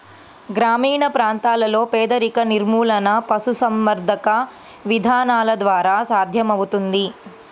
గ్రామీణ ప్రాంతాలలో పేదరిక నిర్మూలన పశుసంవర్ధక విధానాల ద్వారా సాధ్యమవుతుంది